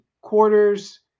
quarters